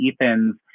Ethan's